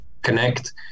connect